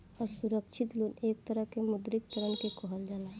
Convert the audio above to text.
असुरक्षित लोन एक तरह के मौद्रिक ऋण के कहल जाला